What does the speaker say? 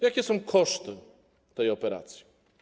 Jakie są koszty tej operacji?